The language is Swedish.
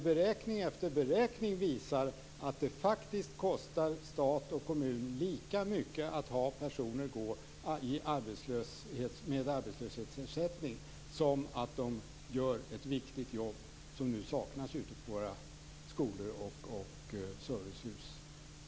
Beräkning efter beräkning visar att det kostar stat och kommun lika mycket att ha personer med arbetslöshetsersättning som att låta dem utföra viktiga arbetsinsatser som nu saknas på våra skolor, i våra servicehus, på vårdhem för äldre osv.